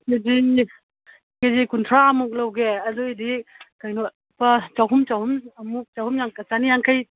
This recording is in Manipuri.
ꯑꯗꯨꯗꯤ ꯀꯦ ꯖꯤ ꯀꯨꯟꯊ꯭ꯔꯥꯃꯨꯛ ꯂꯧꯒꯦ ꯑꯗꯨꯏꯗꯤ ꯀꯩꯅꯣ ꯂꯨꯄꯥ ꯆꯍꯨꯝ ꯆꯍꯨꯝ ꯑꯃꯨꯛ ꯆꯅꯤ ꯌꯥꯡꯈꯩ